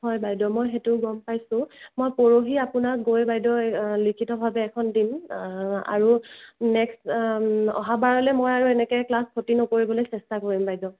হয় বাইদেউ মই সেইটো গম পাইছোঁ মই পৰহি আপোনাক গৈ বাইদেউ লিখিতভাৱে এখন দিম আৰু নেক্সট অহাবাৰলৈ মই আৰু এনেকৈ ক্লাছ ক্ষতি নকৰিবলৈ চেষ্টা কৰিম বাইদেউ